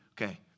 Okay